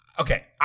Okay